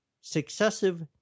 Successive